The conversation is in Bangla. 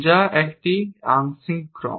যা একটি আংশিক ক্রম